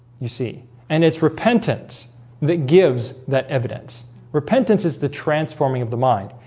you see and it's repentance that gives that evidence repentance is the transforming of the mind.